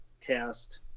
cast